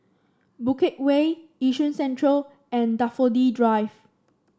Bukit Way Yishun Central and Daffodil Drive